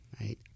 right